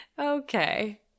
Okay